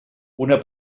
una